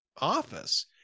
office